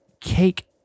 cake